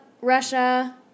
Russia